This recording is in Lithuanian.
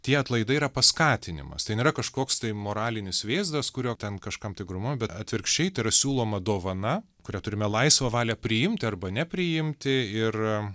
tie atlaidai yra paskatinimas tai nėra kažkoks tai moralinis vėzdas kuriuo ten kažkam tai grumojam bet atvirkščiai tai yra siūloma dovana kurią turime laisvą valią priimti arba nepriimti ir